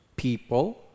people